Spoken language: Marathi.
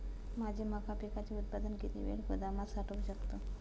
माझे मका पिकाचे उत्पादन किती वेळ गोदामात साठवू शकतो?